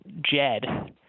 Jed